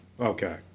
Okay